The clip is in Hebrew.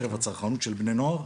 בקרב הצרכנות של בני נוער,